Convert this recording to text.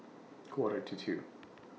Quarter to two